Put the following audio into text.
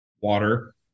water